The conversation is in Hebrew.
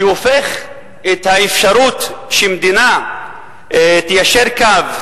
שהופך את האפשרות שמדינה תיישר קו,